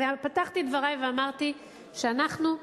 הרי פתחתי את דברי ואמרתי שאנחנו,